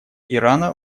ирана